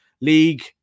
League